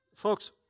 Folks